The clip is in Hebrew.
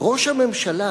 ראש הממשלה